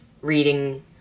reading